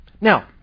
Now